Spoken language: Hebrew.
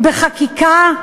בחקיקה?